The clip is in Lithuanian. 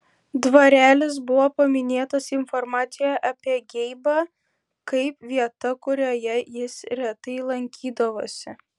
dvarelis buvo paminėtas informacijoje apie geibą kaip vieta kurioje jis retai lankydavosi